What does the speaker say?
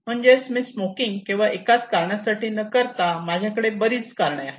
म्हणजेच मी स्मोकिंग केवळ एकाच कारणासाठी न करता माझ्याकडे बरीच कारणे आहेत